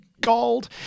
gold